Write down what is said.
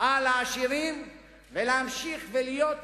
לעשירים וגם להמשיך ולהיות